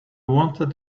wanted